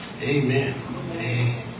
Amen